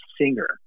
singer